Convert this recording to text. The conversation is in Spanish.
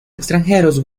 extranjeros